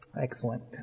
Excellent